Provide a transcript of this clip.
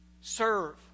serve